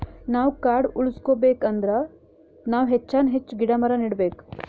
ನಾವ್ ಕಾಡ್ ಉಳ್ಸ್ಕೊಬೇಕ್ ಅಂದ್ರ ನಾವ್ ಹೆಚ್ಚಾನ್ ಹೆಚ್ಚ್ ಗಿಡ ಮರ ನೆಡಬೇಕ್